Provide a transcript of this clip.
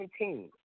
2017